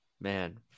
man